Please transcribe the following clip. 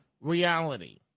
reality